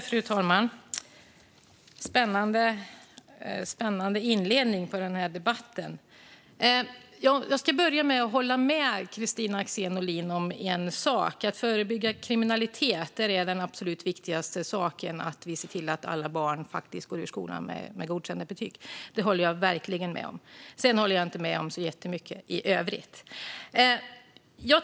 Fru talman! Det var en spännande inledning på den här debatten. Jag ska börja med att hålla med Kristina Axén Olin om en sak: När det gäller att förebygga kriminalitet är det absolut viktigaste att vi ser till att alla barn går ut skolan med godkända betyg. Det håller jag verkligen med om. Sedan håller jag inte med om så jättemycket i övrigt.